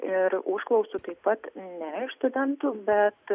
ir užklausų taip pat ne iš studentų bet